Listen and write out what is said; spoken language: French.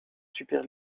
super